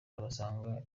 bagasanga